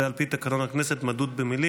זה על פי תקנון הכנסת, מדוד במילים.